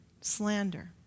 slander